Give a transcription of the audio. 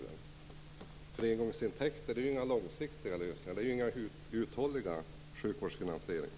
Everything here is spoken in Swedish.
Engångsintänkter är ju inga långsiktiga lösningar, de är inga uthålliga sjukvårdsfinansieringar.